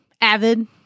Avid